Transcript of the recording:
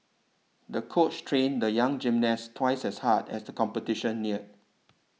the coach trained the young gymnast twice as hard as the competition neared